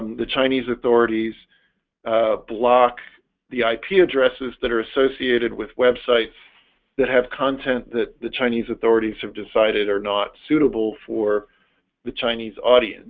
the chinese authorities block the ip addresses that are associated with websites that have content that the chinese authorities have decided are not suitable for the chinese audience